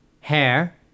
hair